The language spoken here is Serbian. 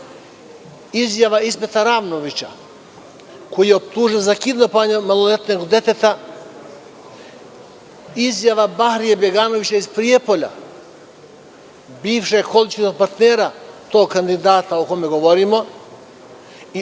izjava Ismeta Ravnovića, koji je optužen za kidnapovanje maloletnog deteta, izjava Barija Beganovića iz Prijepolja, bivšeg koalicionog partnera tog kandidata o kome govorimo i